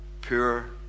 poor